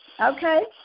Okay